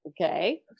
okay